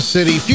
City